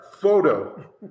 Photo